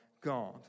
God